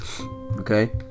Okay